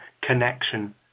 connection